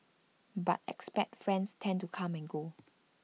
but expat friends tend to come and go